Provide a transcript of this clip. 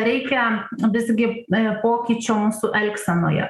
reikia visgi e pokyčių mūsų elgsenoje